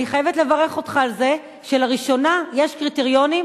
ואני חייבת לברך אותך על זה שלראשונה יש קריטריונים